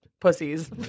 pussies